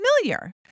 familiar